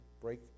break